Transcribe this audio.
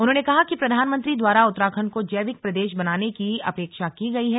उन्होंने कहा कि प्रधानमंत्री द्वारा उत्तराखण्ड को जैविक प्रदेश बनाने की अपेक्षा की गयी है